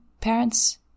parents